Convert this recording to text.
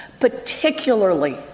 particularly